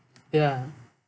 ya